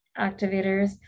activators